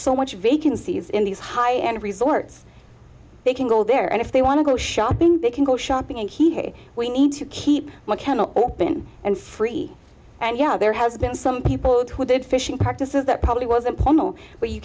so much vacancies in these high end resorts they can go there and if they want to go shopping they can go shopping and he hey we need to keep my kennel open and free and you know there has been some people who did fishing practices that probably wasn't